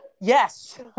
yes